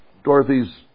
Dorothy's